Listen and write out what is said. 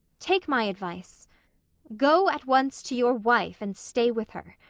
take my advice go at once to your wife and stay with her.